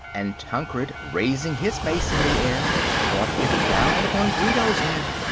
and tancred raising his mace in the air brought it down upon guido's head.